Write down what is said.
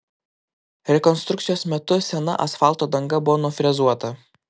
rekonstrukcijos metu sena asfalto danga buvo nufrezuota